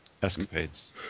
escapades